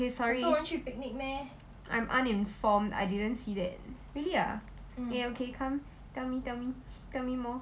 okay sorry I'm uninformed I didn't see that really uh okay okay come telll me tell me tell me more